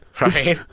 Right